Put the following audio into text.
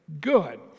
good